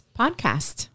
podcast